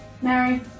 Mary